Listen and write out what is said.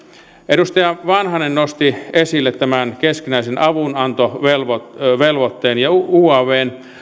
edustaja vanhanen nosti esille tämän keskinäisen avunannon velvoitteen velvoitteen ja uavn